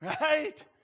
Right